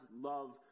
love